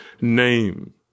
name